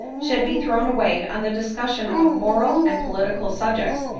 should be thrown away on the discussion of moral and political subjects,